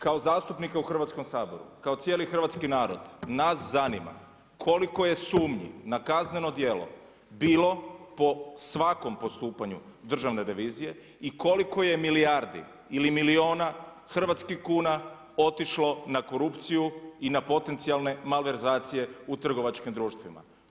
Kao zastupnika u Hrvatskom saboru, kao cijeli hrvatski narod nas zanima koliko je sumnji na kazneno djelo bilo po svakom postupanju Državne revizije i koliko je milijardi ili milijuna hrvatskih kuna otišlo na korupciju i na potencijalne malverzacije u trgovačkim društvima.